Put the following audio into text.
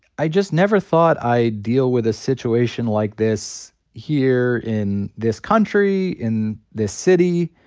i just never thought i'd deal with a situation like this here, in this country, in this city.